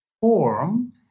form